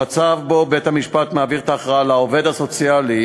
המצב שבו בית-המשפט מעביר את ההכרעה לעובד הסוציאלי